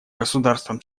государствам